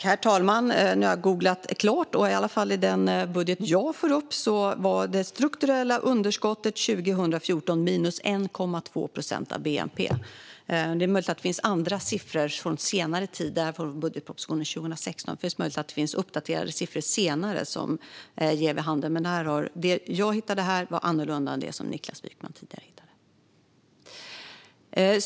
Herr talman! Nu har jag googlat klart, och i alla fall i den budget jag får upp var det strukturella underskottet 2014 minus 1,2 procent av bnp. Det är möjligt att det finns andra siffror från senare tid - det här var från budgetpropositionen 2016 - som är mer uppdaterade. Men det jag hittade här var i alla fall annorlunda än det som Niklas Wykman tidigare hittade.